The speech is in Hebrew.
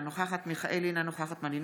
אינה נוכחת מרב מיכאלי,